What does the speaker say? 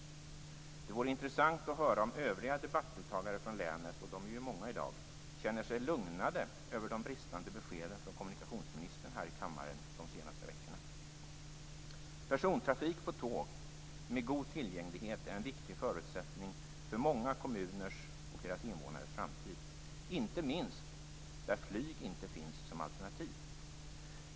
Det vore intressant att höra om övriga debattdeltagare från länet - och de är ju många i dag - känner sig lugnade över de bristande beskeden från kommunikationsministern här i kammaren de senaste veckorna. Persontrafik på tåg med god tillgänglighet är en viktig förutsättning för många kommuners och deras invånares framtid - inte minst där flyg inte finns som alternativ.